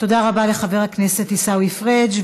תודה רבה לחבר הכנסת עיסאווי פריג'.